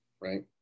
right